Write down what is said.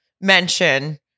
mention